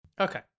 Okay